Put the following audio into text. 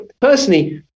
personally